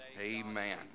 Amen